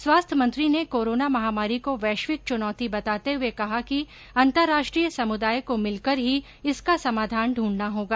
स्वास्थ्य मंत्री ने कोरोना महामारी को वैश्विक चूनौती बताते हुये कहा कि अंतर्राष्ट्रीय समुदाय को मिलकर ही इसका समाधान द्रंढना होगा